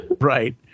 Right